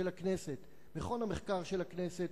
מחלקת המחקר והמידע של הכנסת,